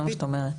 זה מה שאת אומרת,